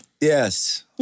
Yes